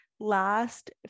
last